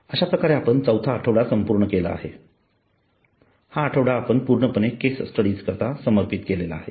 अश्याप्रकारे आपण चौथा आठवडा संपूर्ण केला असून हा आठवडा आपण पूर्णपणे केस स्टडिज करता समर्पित केला आहे